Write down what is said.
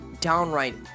downright